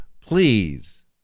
please